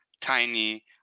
tiny